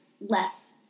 less